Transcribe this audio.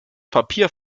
papier